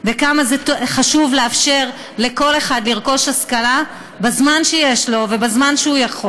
וכמה חשוב לאפשר לכל אחד לרכוש השכלה בזמן שיש לו ובזמן שהוא יכול.